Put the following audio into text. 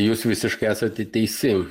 jūs visiškai esate teisi